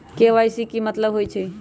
KYC के कि मतलब होइछइ?